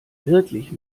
wirklich